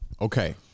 Okay